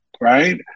right